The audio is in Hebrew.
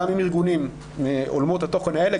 גם עם ארגונים מעולמות התוכן האלה,